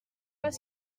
pas